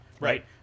Right